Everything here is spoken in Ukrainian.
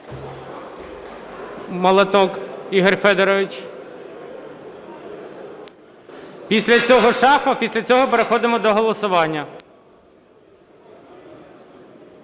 Молоток Ігор Федорович. Після цього – Шахов. Після цього – переходимо до голосування.